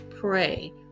pray